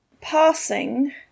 Passing